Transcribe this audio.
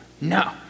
No